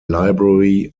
library